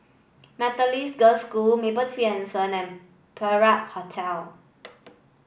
Methodist Girls' School Mapletree Anson and Perak Hotel